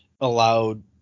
allowed